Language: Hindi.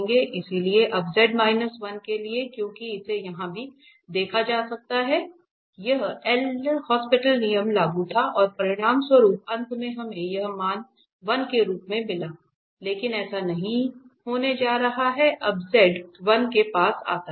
इसलिए अब Z 1 के लिए क्योंकि इसे यहां भी देखा जा सकता है क्योंकि यहां L Hopital नियम लागू था और परिणामस्वरूप अंत में हमें यह मान 1 के रूप में मिला लेकिन ऐसा नहीं होने जा रहा है जब z 1 के पास आता है